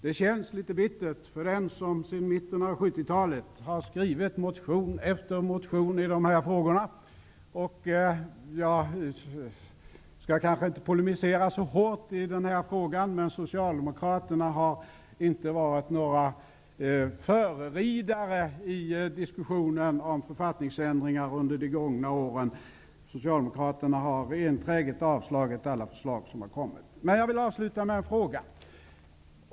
Det känns litet bittert för den som sedan mitten av 70-talet har skrivit motion efter motion i dessa frågor. Jag skall kanske inte polemisera så hårt i denna fråga, men Socialdemokraterna har inte varit några förridare i diskussionen om författningsändringar under de gångna åren. Socialdemokraterna har enträget avslagit alla förslag som har kommit. Jag vill avsluta med en fråga.